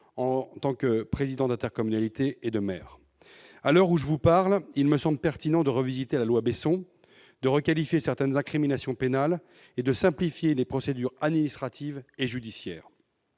et président d'intercommunalité. À l'heure où je vous parle, il me semble pertinent de revisiter la loi Besson, de requalifier certaines incriminations pénales et de simplifier les procédures administratives et judiciaires.